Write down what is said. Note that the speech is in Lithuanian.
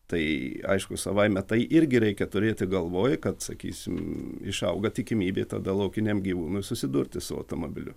tai aišku savaime tai irgi reikia turėti galvoj kad sakysim išauga tikimybė tada laukiniam gyvūnui susidurti su automobiliu